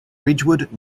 ridgewood